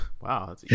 Wow